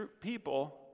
people